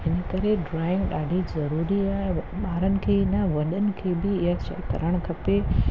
इन करे ड्रॉइंग ॾाढी ज़रूरी आहे ॿारनि खे ई न वॾनि खे बि इहा शइ करणु खपे